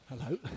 Hello